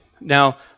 Now